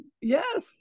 Yes